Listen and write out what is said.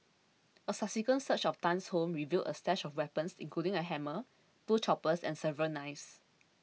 a subsequent search of Tan's home revealed a stash of weapons including a hammer two choppers and several knives